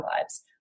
lives